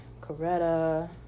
Coretta